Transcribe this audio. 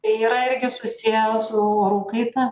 yra irgi susiję su orų kaita